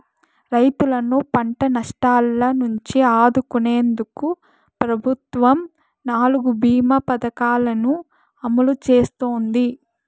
రైతులను పంట నష్టాల నుంచి ఆదుకునేందుకు ప్రభుత్వం నాలుగు భీమ పథకాలను అమలు చేస్తోంది